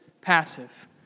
passive